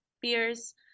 beers